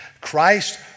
Christ